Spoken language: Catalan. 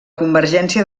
convergència